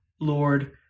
Lord